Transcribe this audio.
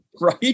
Right